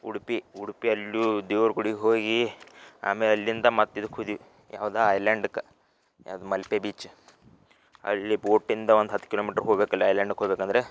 ಉಡುಪಿ ಉಡುಪಿ ಅಲ್ಲೂ ದೇವ್ರ ಗುಡಿಗೆ ಹೋಗಿ ಆಮೇಲೆ ಅಲ್ಲಿಂದ ಮತ್ತೆ ಇದಕ್ಕೆ ಹೋದಿವಿ ಯಾವ್ದಾ ಐಲ್ಯಾಂಡ್ಕ ಯಾವ್ದ ಮಲ್ಪೆ ಬೀಚ್ ಅಲ್ಲಿ ಬೋಟಿಂದ ಒಂದು ಹತ್ತು ಕಿಲೋಮೀಟ್ರ್ ಹೋಗ್ಬೆಕಲ್ಲಿ ಐಲ್ಯಾಂಡ್ಕ್ ಹೋಗ್ಬೇಕಂದರೆ